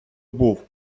був